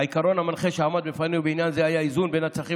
העיקרון המנחה שעמד בפנינו בעניין זה היה איזון בין הצרכים